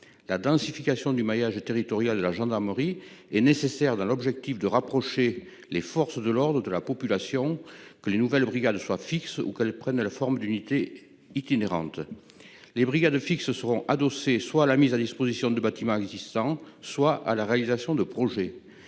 la densification du maillage territorial de la gendarmerie et nécessaire dans l'objectif de rapprocher les forces de l'ordre de la population que les nouvelles brigades soit fixe ou qu'elle prenne la forme d'unités itinérantes. Les Brigades fixe seront adossés soit la mise à disposition de bâtiments existants, soit à la réalisation de projets.